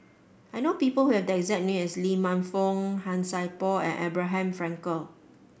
I know people who have the exact name as Lee Man Fong Han Sai Por and Abraham Frankel